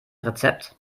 rezept